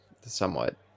somewhat